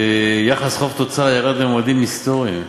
יחס חוב תוצר ירד לממדים היסטוריים,